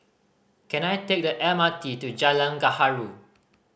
can I take the M R T to Jalan Gaharu